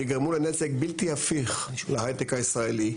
יגרמו לנזק בלתי הפיך להייטק הישראלי,